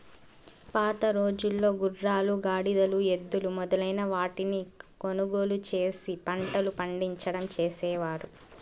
పాతరోజుల్లో గుర్రాలు, గాడిదలు, ఎద్దులు మొదలైన వాటిని కొనుగోలు చేసి పంటలు పండించడం చేసేవారు